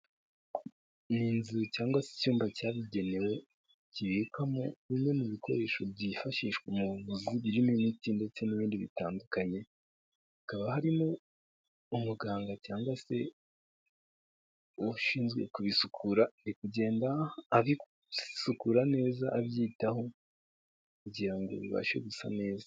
Ni inzu cyangwa se icyumba cyabigenewe kibikwamo bimwe mu bikoresho byifashishwa muzi birimo imiti ndetse n'ibindi bitandukanye, hakaba harimo umuganga cyangwa se ushinzwe kubisukura ari kugenda arisukura neza abyitaho kugira ngo bibashe gusa neza.